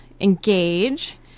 engage